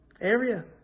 area